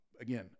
again